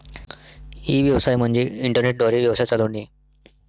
E व्यवसाय म्हणजे internet द्वारे व्यवसाय चालवणे